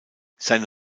seine